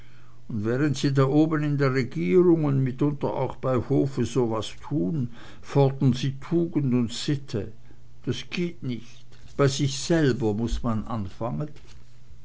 und während sie da oben in der regierung und mitunter auch bei hofe so was tun fordern sie tugend und sitte das geht nicht bei sich selber muß man anfangen